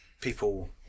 people